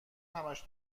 همش